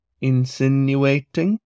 insinuating